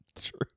True